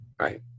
Right